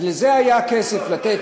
לזה היה כסף לתת,